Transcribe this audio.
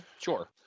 Sure